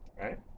right